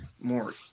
more